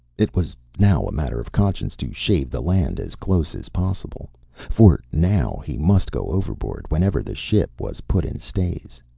it was now a matter of conscience to shave the land as close as possible for now he must go overboard whenever the ship was put in stays.